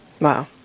Wow